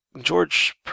George